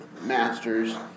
masters